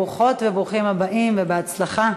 ברוכות וברוכים הבאים ובהצלחה.